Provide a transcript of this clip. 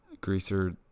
greaser